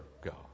God